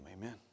Amen